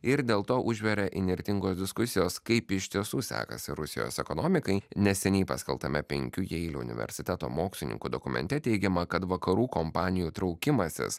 ir dėl to užvirė įnirtingos diskusijos kaip iš tiesų sekasi rusijos ekonomikai neseniai paskelbtame penkių jeilio universiteto mokslininkų dokumente teigiama kad vakarų kompanijų traukimasis